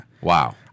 Wow